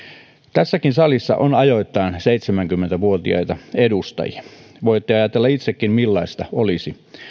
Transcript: tässäkin salissa on ajoittain seitsemänkymmentä vuotiaita edustajia voitte ajatella itsekin millaista olisi